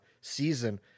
season